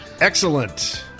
Excellent